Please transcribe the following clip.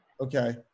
Okay